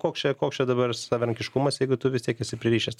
koks čia koks čia dabar savarankiškumas jeigu tu vis tiek esi pririšęs